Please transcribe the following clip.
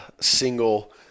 single –